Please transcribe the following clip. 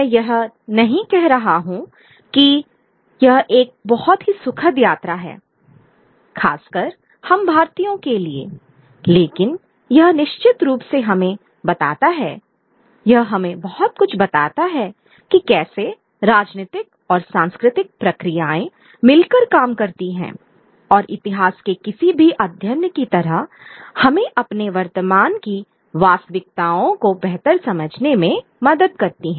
मैं यह नहीं कह रहा हूं कि यह एक बहुत ही सुखद यात्रा है खासकर हम भारतीयों के लिए लेकिन यह निश्चित रूप से हमें बताता है यह हमें बहुत कुछ बताता है कि कैसे राजनीतिक और सांस्कृतिक प्रक्रियाएं मिलकर काम करती हैं और इतिहास के किसी भी अध्ययन की तरह हमें अपने वर्तमान की वास्तविकताओं को बेहतर समझने में मदद करती हैं